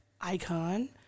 icon